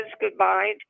goodbye